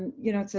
you know, so